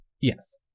Yes